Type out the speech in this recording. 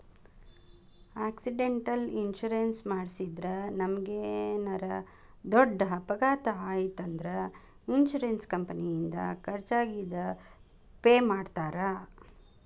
accidental insurance ಮಾಡಿಸಿದ್ರ ನಮಗೇನರ ದೊಡ್ಡ ಅಪಘಾತ ಆಯ್ತ್ ಅಂದ್ರ ಇನ್ಶೂರೆನ್ಸ್ ಕಂಪನಿಯಿಂದ ಖರ್ಚಾಗಿದ್ ಪೆ ಮಾಡ್ತಾರಾ